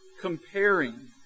comparing